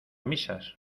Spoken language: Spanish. misas